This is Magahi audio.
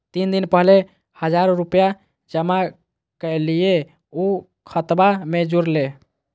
तीन दिन पहले हजार रूपा जमा कैलिये, ऊ खतबा में जुरले?